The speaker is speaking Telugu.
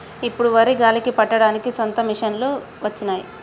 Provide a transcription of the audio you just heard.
ఇప్పుడు వరి గాలికి పట్టడానికి సొంత మిషనులు వచ్చినాయి